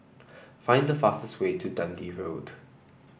find the fastest way to Dundee Road